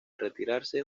retirarse